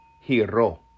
hero